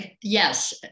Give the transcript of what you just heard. Yes